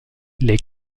les